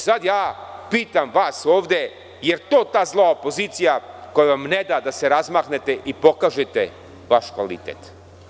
Sada vas pitam – da li je to ta zla opozicija koja vam ne da da se razmaknete i pokažete vaš kvalitet?